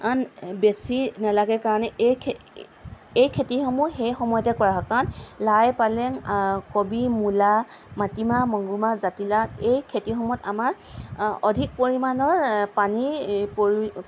বেছি নেলাগে কাৰণে এই খেতিসমূহ সেই সময়তে কৰা হয় কাৰণ লাই পালেং কবি মূলা মাটিমাহ মগুমাহ জাতিলাউ এই খেতিসমূহত আমাক অধিক পৰিমাণৰ পানীৰ প্ৰয়ো প্ৰয়োজন